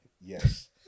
Yes